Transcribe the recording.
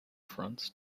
fronts